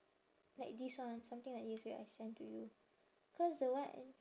like this one something like this wait I send to you cause the one at